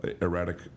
erratic